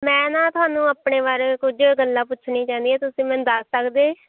ਮੈਂ ਨਾ ਤੁਹਾਨੂੰ ਆਪਣੇ ਬਾਰੇ ਕੁਝ ਗੱਲਾਂ ਪੁੱਛਣੀ ਚਾਹੁੰਦੀ ਹਾਂ ਤੁਸੀਂ ਮੈਨੂੰ ਦੱਸ ਸਕਦੇ